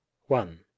one